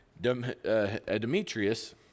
Demetrius